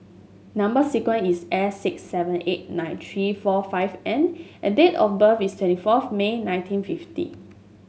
number sequence is S six seven eight nine three forur five N and date of birth is twenty four of May nineteen fifty